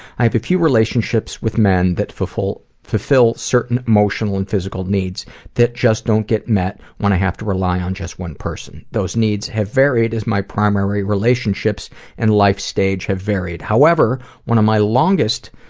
i have a few relationships with men that fulfill fulfill certain emotional and physical needs that just don't get met when i have to rely on just one person. those needs have varied as my primary relationships and life stage have varied. however, one of my longest